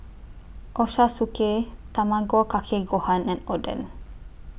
Ochazuke Tamago Kake Gohan and Oden